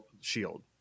shield